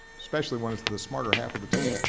especially when it's the smarter half of the team.